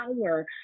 power